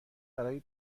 برای